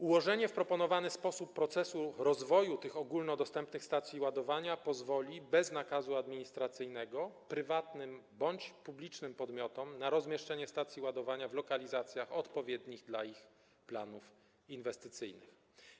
Ułożenie w proponowany sposób procesu rozwoju tych ogólnodostępnych stacji ładowania pozwoli bez nakazu administracyjnego prywatnym bądź publicznym podmiotom na rozmieszczenie stacji ładowania w lokalizacjach odpowiednich dla ich planów inwestycyjnych.